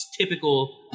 typical